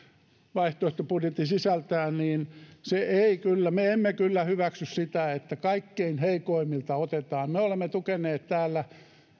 vaihtoehtobudjetti sisältää niin me emme kyllä hyväksy sitä että kaikkein heikoimmilta otetaan me olemme tukeneet täällä